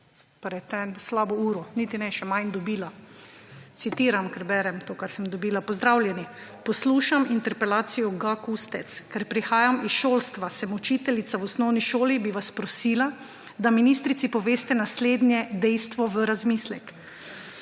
kot slabo uro dobila. Citiram, ker berem to, kar sem dobila: »Pozdravljeni, poslušam interpelacijo ga. Kustec. Ker prihajam iz šolstva, sem učiteljica v osnovni šoli, bi vas prosila, da ministrici poveste naslednje dejstvo v razmislek.